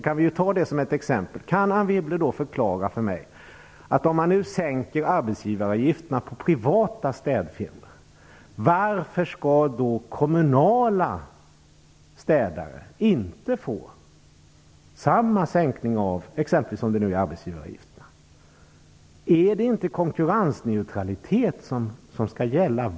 Kan Anne Wibble då förklara för mig: Om man nu sänker arbetsgivaravgifterna på privata städfirmor, varför skall då inte kommunala städare få samma sänkning som exempelvis gäller för arbetsgivaravgifterna? Är det inte konkurrensneutralitet som skall gälla?